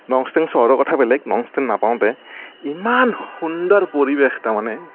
নংষ্টেং চহৰৰ কথা বেলেগ নংষ্টেং চহৰ নাপাওঁতে ইমান সুন্দৰ পৰিৱেশ তাৰমানে